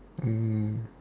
mm